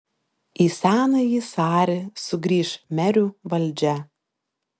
į senąjį sarį sugrįš merių valdžia